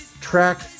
track